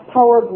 power